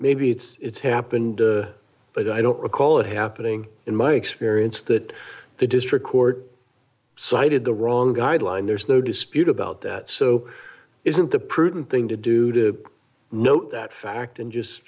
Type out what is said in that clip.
maybe it's happened but i don't recall it happening in my experience that the district court cited the wrong guideline there's no dispute about that so isn't the prudent thing to do to note that fact and just